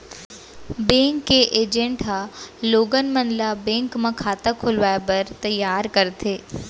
bank के agent ह लोगन मन ल बेंक म खाता खोलवाए बर तइयार करथे